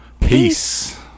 Peace